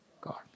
God